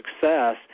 success